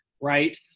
right